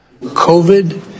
COVID